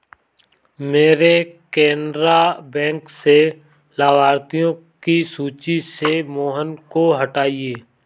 मेरे केनरा बैंक से लाभार्थियों की सूची से मोहन को हटाइए